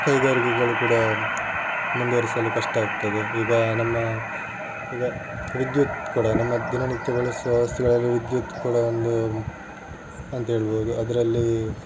ಕೈಗಾರಿಕೆಗಳು ಕೂಡ ಮುಂದುವರಿಸಲು ಕಷ್ಟ ಆಗ್ತದೆ ಈಗ ನಮ್ಮ ಈಗ ವಿದ್ಯುತ್ ಕೂಡ ನಮ್ಮ ದಿನನಿತ್ಯ ಬಳಸುವ ವಸ್ತುವಾಗಿ ವಿದ್ಯುತ್ ಕೂಡ ಒಂದು ಅಂತೇಳ್ಬೌದು ಅದರಲ್ಲಿ